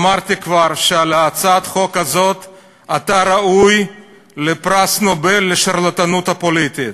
אמרתי כבר שעל הצעת החוק הזאת אתה ראוי לפרס נובל לשרלטנות פוליטית.